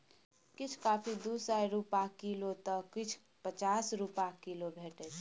किछ कॉफी दु सय रुपा किलौ तए किछ पचास रुपा किलो भेटै छै